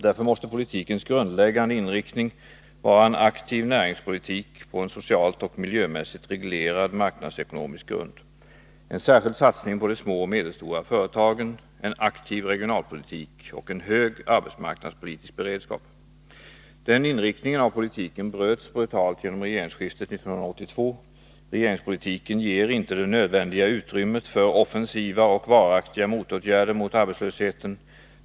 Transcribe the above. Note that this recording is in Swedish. Därför måste politikens grundläggande inriktning vara en aktiv näringspolitik på en socialt och miljömässigt reglerad marknadsekonomisk grund, en särskild satsning på de små och medelstora företagen, en aktiv regionalpolitik och en hög arbetsmarknadspolitisk beredskap. Den inriktningen av politiken bröts brutalt genom regeringsskiftet 1982. Regeringspolitiken ger inte det nödvändiga utrymmet för offensiva och varaktiga åtgärder mot arbetslösheten.